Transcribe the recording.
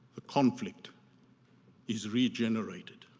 a conflict is regenerated.